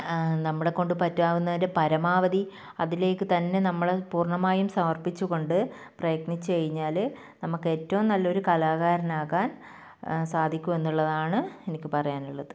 നമ്മളെ കൊണ്ട് പറ്റാവുന്നതിൻ്റെ പരമാവധി അതിലേക്ക് തന്നെ നമ്മൾ പൂർണ്ണമായും സമർപ്പിച്ചുകൊണ്ട് പ്രയത്നിച്ചു കഴിഞ്ഞാൽ നമുക്ക് ഏറ്റവും നല്ലൊരു കലാകാരൻ ആകാൻ സാധിക്കും എന്നുള്ളതാണ് എനിക്ക് പറയാനുള്ളത്